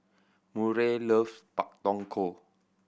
Murray loves Pak Thong Ko